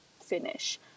finish